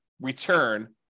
return